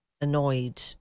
annoyed